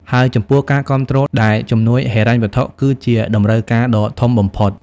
ហើយចំពោះការគាំទ្រ ដែលជំនួយហិរញ្ញវត្ថុ គឺជាតម្រូវការដ៏ធំបំផុត។